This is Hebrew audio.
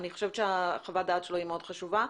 אני חושבת שחוות הדעת שלו היא מאוד חשובה.